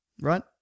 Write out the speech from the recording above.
Right